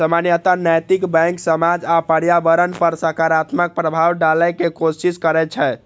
सामान्यतः नैतिक बैंक समाज आ पर्यावरण पर सकारात्मक प्रभाव डालै के कोशिश करै छै